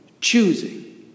choosing